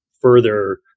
further